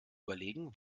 überlegen